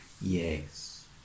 yes